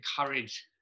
encourage